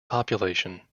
population